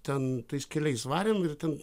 ten tais keliais varėm ir ten